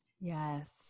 Yes